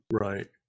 Right